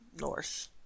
north